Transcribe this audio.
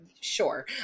sure